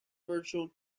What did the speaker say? virtual